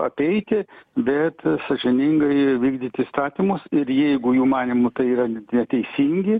apeiti bet sąžiningai vykdyti įstatymus ir jeigu jų manymu tai yra ne neteisingi